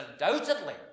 undoubtedly